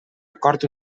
acord